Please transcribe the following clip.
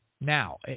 now